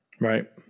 Right